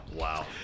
Wow